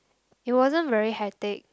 it wasn't very hectic